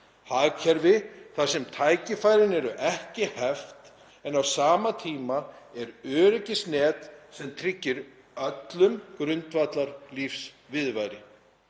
hagkerfi þar sem tækifærin eru ekki heft en á sama tíma er öryggisnet sem tryggir öllum grundvallarlífsviðurværi.